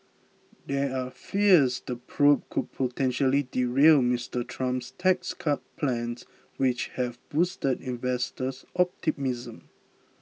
there are fears the probe could potentially derail Mister Trump's tax cut plans which have boosted investors optimism